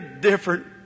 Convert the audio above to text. different